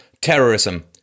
terrorism